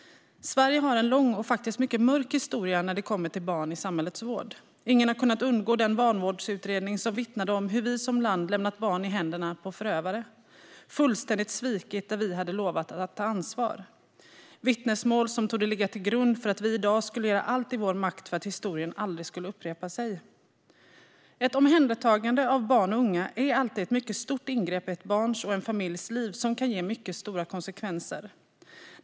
Sverige har en lång och faktiskt mycket mörk historia när det gäller barn i samhällets vård. Ingen har kunnat undgå den vanvårdsutredning som vittnade om hur vi som land lämnat barn i händerna på förövare och fullständigt svikit där vi hade lovat att ta ansvar. Det är vittnesmål som torde ligga till grund för att vi i dag skulle göra allt i vår makt för att historien aldrig skulle upprepa sig. Ett omhändertagande av ett barn eller en ung person är alltid ett mycket stort ingrepp i barnets och familjens liv, som kan ge mycket stora konsekvenser.